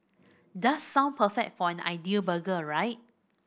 does sound perfect for an ideal burger right